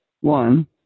One